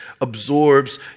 absorbs